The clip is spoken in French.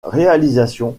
réalisation